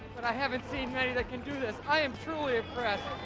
but i haven't seen many that can do this. i am truly impressed.